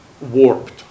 warped